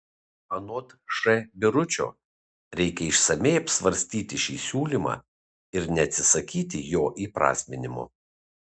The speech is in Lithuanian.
anot š biručio reikia išsamiai apsvarstyti šį siūlymą ir neatsisakyti jo įprasminimo